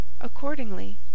Accordingly